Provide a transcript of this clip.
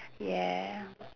ya